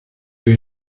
you